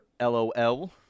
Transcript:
LOL